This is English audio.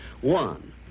One